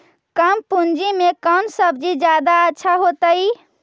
कम पूंजी में कौन सब्ज़ी जादा अच्छा होतई?